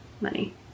money